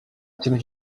kintu